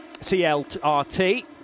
CLRT